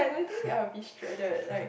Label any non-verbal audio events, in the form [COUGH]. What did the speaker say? [LAUGHS]